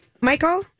Michael